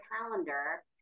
calendar